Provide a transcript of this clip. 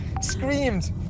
screamed